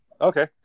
Okay